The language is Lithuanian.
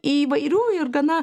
įvairių ir gana